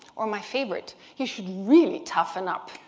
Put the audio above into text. or my favorite, you should really toughen up.